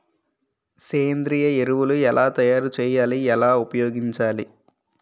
సేంద్రీయ ఎరువులు ఎలా తయారు చేయాలి? ఎలా ఉపయోగించాలీ?